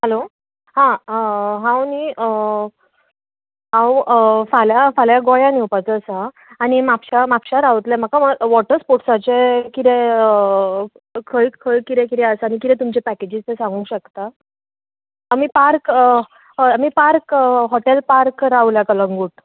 hello आं हांव न्हय हांव फाल्यां फाल्यां गोंयां गोंयान येवपाचें आसा आनी म्हापशा म्हापशा रावतलें म्हाका वॉटर स्पोर्टासचे कितें खंय कितें कितें आसा आनी कितें तुमचे पॅकेजीस आसा तें सांगूंक शकता आमी पार्क आमी पार्क हॉटेल पार्क रावल्या कलंगूट